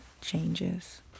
changes